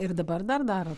ir dabar dar daro